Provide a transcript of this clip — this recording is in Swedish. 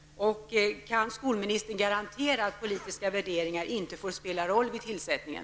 Kan skolministern garantera att politiska värderingar inte får spela en roll vid tillsättningen?